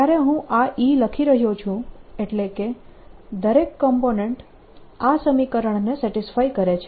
જ્યારે હું આ E લખી રહ્યો છું એટલે કે દરેક કોમ્પોનેન્ટ આ સમીકરણને સેટીસ્ફાય કરે છે